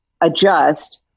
adjust